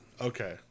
okay